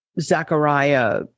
Zechariah